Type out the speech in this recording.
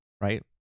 right